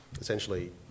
essentially